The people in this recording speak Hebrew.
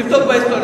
תבדוק בהיסטוריה.